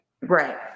right